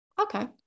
okay